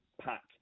pack